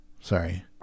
sorry